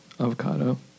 avocado